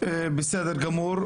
בסדר גמור.